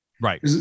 Right